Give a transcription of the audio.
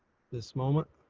this moment.